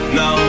no